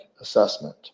assessment